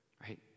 right